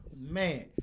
man